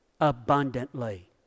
abundantly